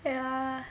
ya